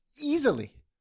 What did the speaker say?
Easily